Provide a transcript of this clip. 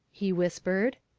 he whispered.